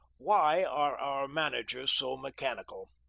why are our managers so mechanical?